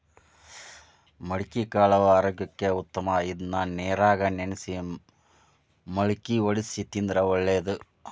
ಮಡಿಕಿಕಾಳು ಆರೋಗ್ಯಕ್ಕ ಉತ್ತಮ ಇದ್ನಾ ನೇರಾಗ ನೆನ್ಸಿ ಮಳ್ಕಿ ವಡ್ಸಿ ತಿಂದ್ರ ಒಳ್ಳೇದ